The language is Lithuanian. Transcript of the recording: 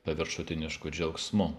paviršutinišku džiaugsmu